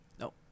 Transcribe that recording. no